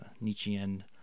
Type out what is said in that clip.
Nietzschean